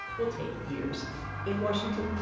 will take years in washington,